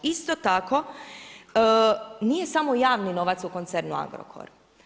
Isto tako, nije samo javni novac u koncernu Agrokor.